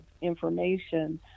information